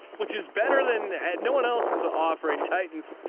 which is better than no one else is ah offering titans.